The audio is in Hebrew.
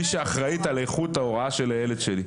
מי שאחראית על איכות ההוראה של הילד שלי.